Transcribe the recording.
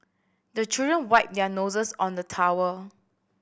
the children wipe their noses on the towel